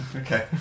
okay